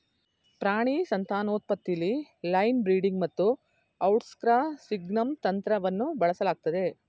ಪ್ರಾಣಿ ಸಂತಾನೋತ್ಪತ್ತಿಲಿ line breeding ಮತ್ತುಔಟ್ಕ್ರಾಸಿಂಗ್ನಂತಂತ್ರವನ್ನುಬಳಸಲಾಗ್ತದೆ